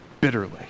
bitterly